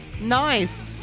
Nice